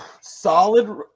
solid